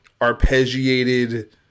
arpeggiated